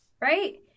right